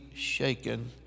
shaken